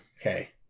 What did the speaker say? Okay